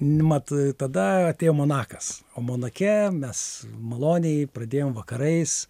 mat tada atėjo monakas o monake mes maloniai pradėjom vakarais